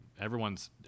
everyone's